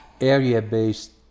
area-based